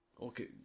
Okay